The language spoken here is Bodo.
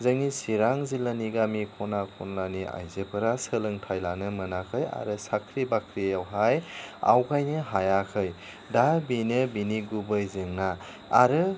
जोंनि चिरां जिल्लानि गामि खना खनलानि आइजोफोरा सोलोंथाइ लानो मोनाखै आरो साख्रि बाख्रिआवहाय आवगायनो हायाखै दा बिनो बिनि गुबै जेंना आरो